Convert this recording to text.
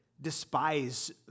despise